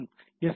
இது எஸ்